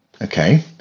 Okay